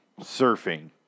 surfing